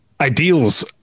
ideals